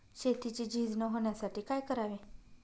शेतीची झीज न होण्यासाठी काय करावे?